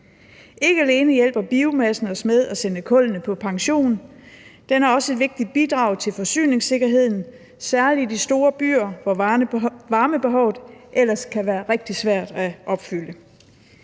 Ikke alene hjælper biomassen os med at sende kullene på pension, den er også et vigtigt bidrag til forsyningssikkerheden, særlig i store byer, hvor varmebehovet ellers kan være rigtig svært at opfylde.